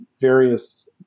various